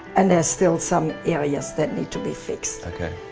and there's still some areas that need to be fixed. okay.